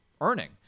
earning